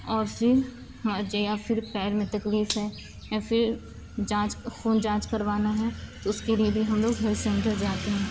اور پھر جو یا پھر پیر میں تکلیف ہے یا پھر جانچ خون جانچ کروانا ہے تو اس کے لیے بھی ہم لوگ ہیلتھ سینٹر جاتے ہیں